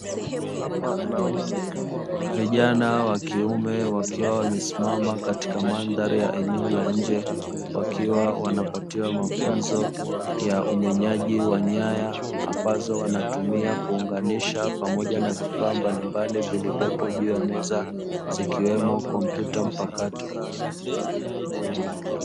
Vijana wa kiume wakiwa wamesimama katika mandhari ya eneo la nje wakiwa wanapatia mafunzo ya umenyaji wa nyaya, ambazo wanatumia kuunganisha pamoja na vifaa mbalimbali vilivyopo juu ya meza zikiwemo kompyuta mpakato.